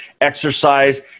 exercise